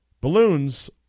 Balloons